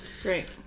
Great